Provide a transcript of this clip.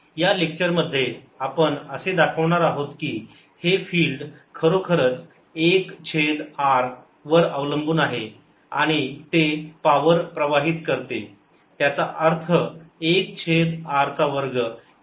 या लेक्चर मध्ये आपण असे दाखवणार आहोत की हे फिल्ड खरोखरच 1 छेद r वर अवलंबून आहे आणि ते पावर प्रवाहित करते त्याचा अर्थ 1 छेद r चा वर्ग हे खरोखरच रेडिएशन फिल्ड आहे